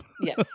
Yes